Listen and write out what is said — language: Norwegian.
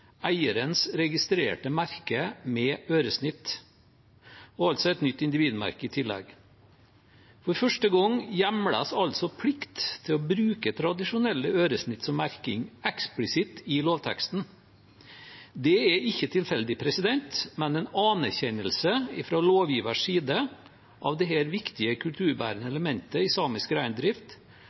eierens registrerte merke». Etter lovendringen vil ordlyden bli endret til «eierens registrerte merke med øresnitt» og altså et nytt individmerke i tillegg. For første gang hjemles altså plikt til å bruke tradisjonelle øresnitt som merking eksplisitt i lovteksten. Det er ikke tilfeldig, men en anerkjennelse fra lovgivers side av dette viktige kulturbærende elementet i samisk reindrift,